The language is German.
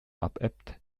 abebbt